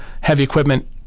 heavy-equipment